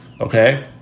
okay